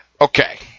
Okay